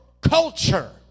culture